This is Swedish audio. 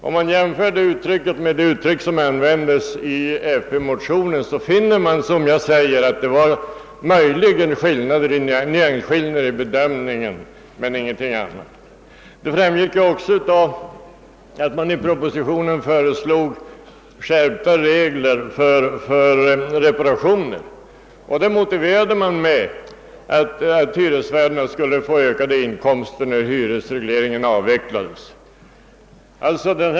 Om man jämför detta uttryckssätt med det som användes i folkpartimotionen finner man, som sagt, att det möjligen fanns nyansskillnader i fråga om bedömningen men ingenting annat. Det framgick också att man i propositionen föreslog skärpning av reglerna för reparationer, och motivet var att hyresvärdarna skulle få ökade inkomster när hyresregleringen avvecklades.